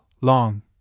long